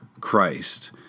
Christ